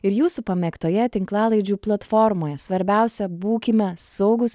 ir jūsų pamėgtoje tinklalaidžių platformoje svarbiausia būkime saugūs